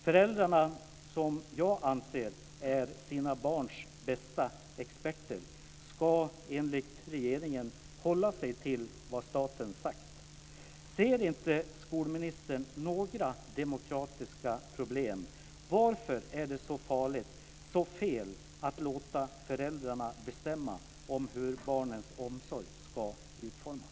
Föräldrarna, som jag anser är experter på sina barn, ska enligt regeringen hålla sig till vad staten sagt. Ser inte skolministern några demokratiska problem? Varför är det så farligt och så fel att låta föräldrarna bestämma om hur barnens omsorg ska utformas?